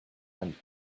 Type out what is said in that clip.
hundred